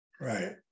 right